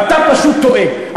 אתה פשוט טועה.